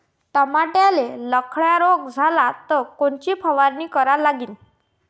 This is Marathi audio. टमाट्याले लखड्या रोग झाला तर कोनची फवारणी करा लागीन?